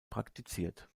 praktiziert